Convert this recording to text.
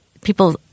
people